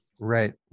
Right